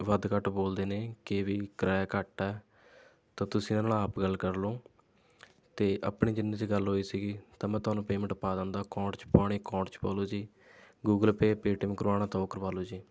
ਵੱਧ ਘੱਟ ਬੋਲਦੇ ਨੇ ਕਿ ਵੀ ਕਰਾਇਆ ਘੱਟ ਹੈ ਤਾਂ ਤੁਸੀਂ ਇਹਨਾਂ ਨਾਲ ਆਪ ਗੱਲ ਕਰ ਲਉ ਅਤੇ ਆਪਣੀ ਜਿੰਨੇ 'ਚ ਗੱਲ ਹੋਈ ਸੀਗੀ ਤਾਂ ਮੈਂ ਤੁਹਾਨੂੰ ਪੇਮੈਂਟ ਪਾ ਦਿੰਦਾ ਅਕਾਊਂਟ 'ਚ ਪਾਓਣੇ ਅਕਾਊਂਟ 'ਚ ਪਵਾ ਲਉ ਜੀ ਗੂਗਲ ਪੇ ਪੇਟੀਐੱਮ ਕਰਵਾਉਣਾ ਤਾਂ ਉਹ ਕਰਵਾ ਲਓ ਜੀ